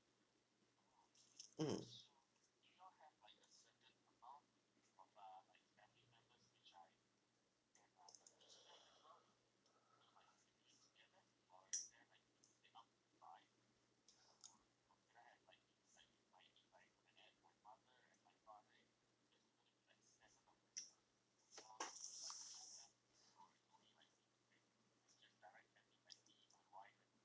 mm